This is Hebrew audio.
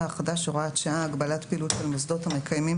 החדש (הוראת שעה) (הגבלת פעילות של מוסדות המקיימים